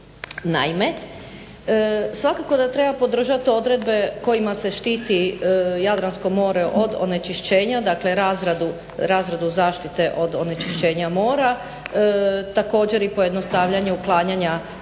Naime svakako da treba podržati odredbe kojima se štiti Jadransko more od onečišćenja dakle razradu zaštite od onečišćenja mora. Također i pojednostavljenje uklanja